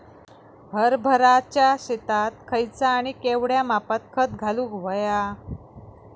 हरभराच्या शेतात खयचा आणि केवढया मापात खत घालुक व्हया?